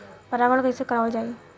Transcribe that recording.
परागण कइसे करावल जाई?